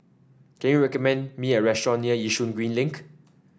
can you recommend me a restaurant near Yishun Green Link